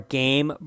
game